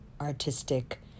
artistic